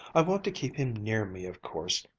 i want to keep him near me of course,